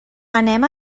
anem